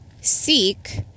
seek